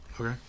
Okay